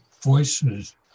Voices